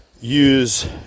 use